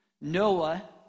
Noah